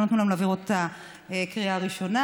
לא נתנו לנו להעביר אותה בקריאה ראשונה,